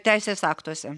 teisės aktuose